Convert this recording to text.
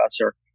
professor